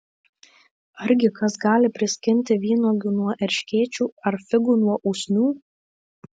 argi kas gali priskinti vynuogių nuo erškėčių ar figų nuo usnių